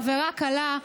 עבירה קלה,